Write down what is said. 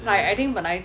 like I think 本来